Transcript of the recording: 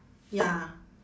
ya